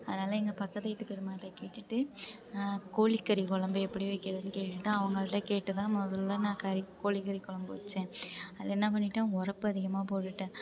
அதனால எங்கள் பக்கத்து வீட்டு பெரியம்மாட்ட கேட்டுட்டு கோழிக்கறி கொழம்பு எப்படி வைக்கிறதுன்னு கேட்டுட்டு அவங்கள்ட்ட கேட்டுதான் முதல்ல நான் கறி கோழி கறி கொழம்பு வெச்சேன் அதில் என்ன பண்ணிட்டேன் ஒறைப்பு அதிகமாக போட்டுட்டேன்